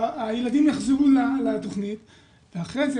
הילדים יחזרו לתוכנית ואחרי זה,